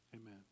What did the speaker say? Amen